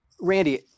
Randy